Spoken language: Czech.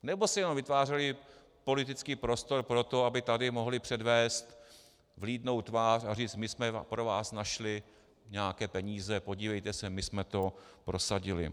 Nebo si jenom vytvářeli politický prostor pro to, aby tady mohli předvést vlídnou tvář a říct: my jsme pro vás našli nějaké peníze, podívejte se, my jsme to prosadili?